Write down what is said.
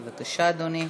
בבקשה, אדוני.